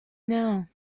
now